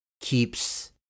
keeps